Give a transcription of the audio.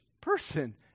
person